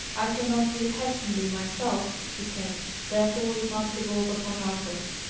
i cannot leave helstonleigh myself, he said therefore it must devolve upon arthur.